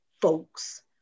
folks